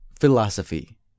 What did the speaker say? philosophy